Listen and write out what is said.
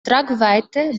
tragweite